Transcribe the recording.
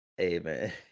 Amen